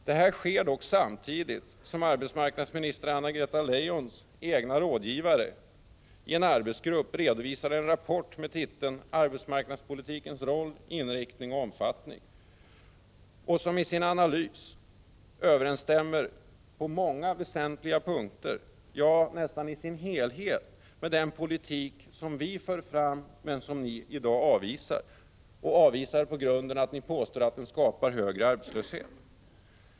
Detta sker samtidigt som arbetsmarknadsminister Anna-Greta Leijons egna rådgivare i en arbetsgrupp redovisar en rapport med titeln Arbetsmarknadspolitikens roll, inriktning och omfattning, som i sin analys på många väsentliga punkter, ja, nästan i sin helhet överensstämmer med den politik som vi för fram men som ni i dag avvisat på den grunden att den skulle skapa högre arbetslöshet.